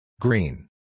Green